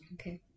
Okay